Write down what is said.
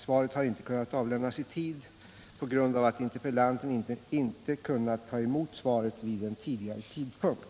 Svaret har inte kunnat avlämnas i tid på grund av att interpellanten inte kunnat ta emot svaret vid en tidigare tidpunkt.